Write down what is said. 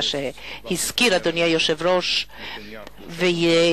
ואדוני היושב-ראש הזכיר זאת,